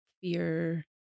fear